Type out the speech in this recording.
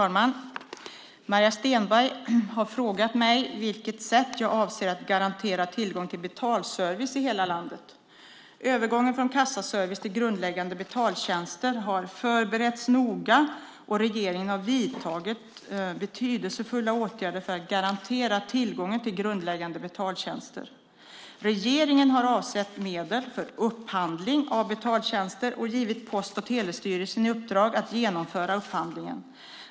Fru talman! Maria Stenberg har frågat mig på vilket sätt jag avser att garantera tillgång till betalservice i hela landet. Övergången från kassaservice till grundläggande betaltjänster har förberetts noga, och regeringen har vidtagit betydelsefulla åtgärder för att garantera tillgången till grundläggande betaltjänster. Regeringen har avsatt medel för upphandling av betaltjänster och gett Post och telestyrelsen i uppdrag att genomföra upphandlingen.